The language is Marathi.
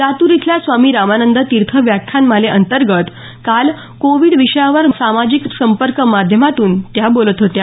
लातूर इथल्या स्वामी रामानंद तीर्थ व्याख्यानमालेअंतर्गत काल कोविड विषयावर सामाजिक संपर्क माध्यमातून त्या बोलत होत्या